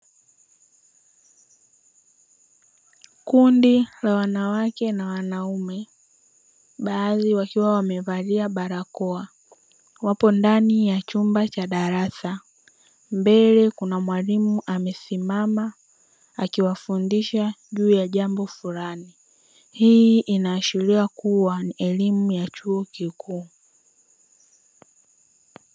Kundi la wanawake na wanaume, baadhi wakiwa wamevalia barakoa, wapo ndani ya chumba cha darasa, mbele kuna mwalimu amesimama akiwafundisha juu ya jambo fulani; Hii inaashiria kuwa ni elimu ya chuo kikuu.